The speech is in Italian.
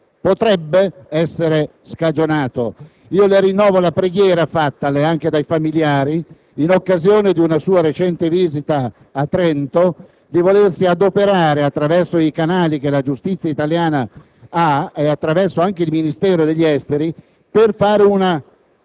potrebbe, essere scagionato. Le rinnovo la preghiera rivoltale anche dai familiari, in occasione di una sua recente visita a Trento, di volersi adoperare attraverso i canali che la giustizia italiana ha anche attraverso il Ministero degli esteri per esercitare